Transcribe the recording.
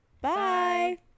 Bye